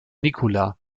nicola